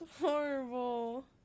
horrible